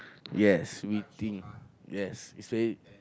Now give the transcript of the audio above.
yes we think yes it's like